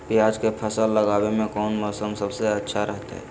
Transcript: प्याज के फसल लगावे में कौन मौसम सबसे अच्छा रहतय?